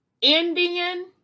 Indian